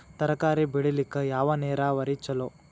ತರಕಾರಿ ಬೆಳಿಲಿಕ್ಕ ಯಾವ ನೇರಾವರಿ ಛಲೋ?